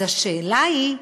אז השאלה היא: